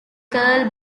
carl